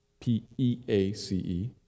P-E-A-C-E